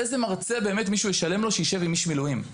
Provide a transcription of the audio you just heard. איזה מרצה באמת מישהו ישלם לו שישב עם איש מילואים.